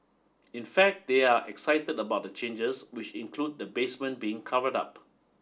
in fact they are excited about the changes which include the basement being covered up